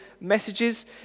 messages